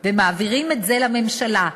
ומעבירים את זה לממשלה,